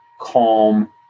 calm